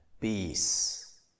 Peace